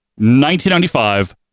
1995